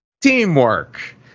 teamwork